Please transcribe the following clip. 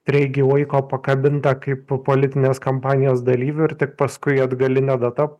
streigį laiko pakabintą kaip po politinės kampanijos dalyvį ir tik paskui atgaline data